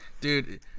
Dude